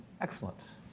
Excellent